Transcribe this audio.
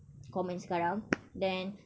common sekarang then